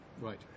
Right